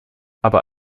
aber